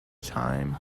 time